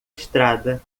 estrada